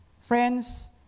Friends